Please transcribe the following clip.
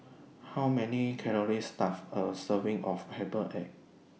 How Many Calories Does A Serving of Herbal Egg Have